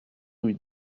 rue